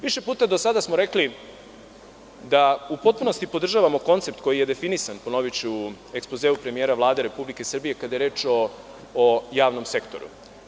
Više puta do sada smo rekli da u potpunosti podržavamo koncept, koji je definisan, ponoviću, u ekspozeu premijera Vlade Republike Srbije, kada je reč o javnom sektoru.